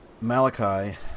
Malachi